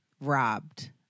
robbed